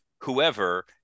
whoever